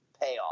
payoff